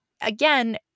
again